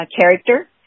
Character